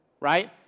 right